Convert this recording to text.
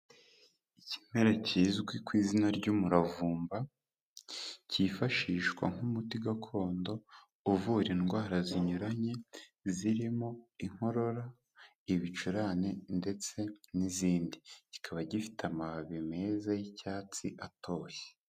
Ikimera kizwi ku izina ry'umuravumba cyifashishwa nk'umuti gakondo uvura indwara zinyuranye zirimo inkorora, ibicurane ndetse n'izindi, kikaba gifite amababi meza y'icyatsi atoshye.